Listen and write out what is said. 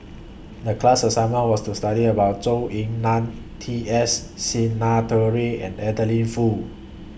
The class assignment was to study about Zhou Ying NAN T S Sinnathuray and Adeline Foo